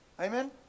Amen